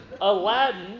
Aladdin